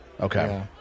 Okay